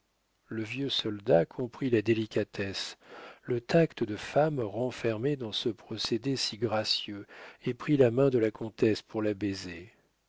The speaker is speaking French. le vieux soldat comprit la délicatesse le tact de femme renfermé dans ce procédé si gracieux et prit la main de la comtesse pour la baiser